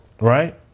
right